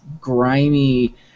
grimy